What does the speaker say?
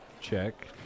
check